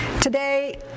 Today